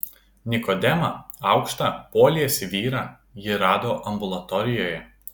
nikodemą aukštą poliesį vyrą ji rado ambulatorijoje